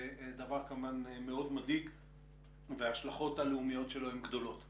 זה דבר מאוד מדאיג וההשלכות שלו הן מרחיקות טווח.